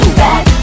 back